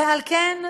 ועל כן,